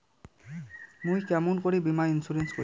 মুই কেমন করি বীমা ইন্সুরেন্স করিম?